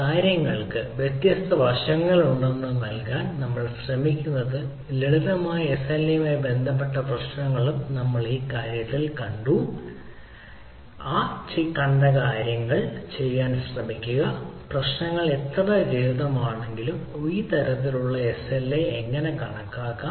കാര്യങ്ങൾക്ക് വ്യത്യസ്ത വശങ്ങളുണ്ടെന്ന് നൽകാൻ നമ്മൾ ശ്രമിക്കുന്നതും ലളിതമായ എസ്എൽഎയുമായി ബന്ധപ്പെട്ട പ്രശ്നങ്ങളും നമ്മൾ കണ്ട ഈ കാര്യത്തിൽ ചെയ്യാൻ ശ്രമിക്കുക പ്രശ്നങ്ങൾ വളരെ ലളിതമാണെങ്കിലും ഈ തരത്തിലുള്ള എസ്എൽഎ എങ്ങനെ കണക്കാക്കാം